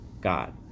God